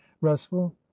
restful